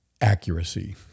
accuracy